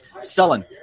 Sullen